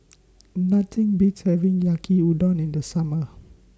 Nothing Beats having Yaki Udon in The Summer